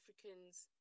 Africans